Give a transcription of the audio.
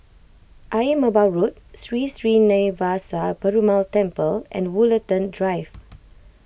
Ayer Merbau Road Sri Srinivasa Perumal Temple and Woollerton Drive